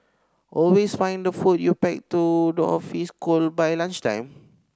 always find the food you pack to the office cold by lunchtime